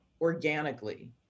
organically